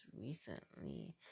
recently